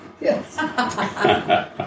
Yes